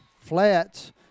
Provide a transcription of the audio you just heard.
flats